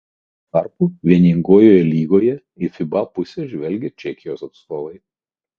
tuo tarpu vieningojoje lygoje į fiba pusę žvelgia čekijos atstovai